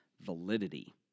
validity